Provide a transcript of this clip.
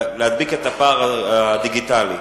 להדביק את הפער הדיגיטלי.